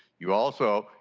you also,